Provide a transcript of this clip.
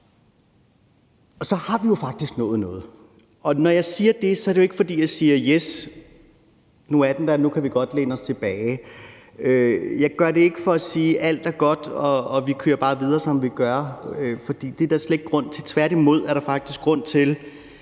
Så vi har faktisk nået noget, og når jeg siger det, er det jo ikke, fordi jeg siger: Yes, nu er den der, og nu kan vi godt læne os tilbage. Jeg gør det ikke for at sige, at alt er godt, og at vi bare skal køre videre, som vi gør nu, for det er der slet ingen grund til. Tværtimod er der faktisk grund til,